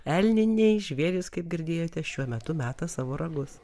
elniniai žvėrys kaip girdėjote šiuo metu meta savo ragus